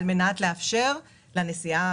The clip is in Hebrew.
על מנת לאפשר לנסיעה